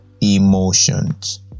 emotions